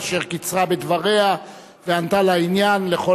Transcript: אשר קיצרה בדבריה וענתה לעניין לכל